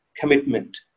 commitment